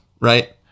right